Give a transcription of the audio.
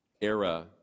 era